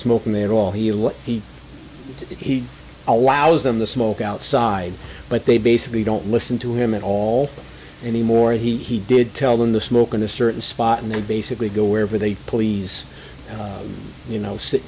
smoking at all he he he allows them to smoke outside but they basically don't listen to him at all anymore he did tell them the smoke in a certain spot and they basically go wherever they please you know sit